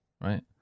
right